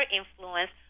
influence